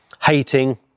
hating